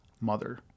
mother